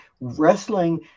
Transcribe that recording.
wrestling